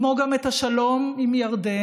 כמו גם את השלום עם ירדן,